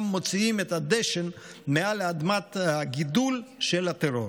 מוציאים את הדשן מעל אדמת הגידול של הטרור.